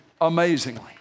amazingly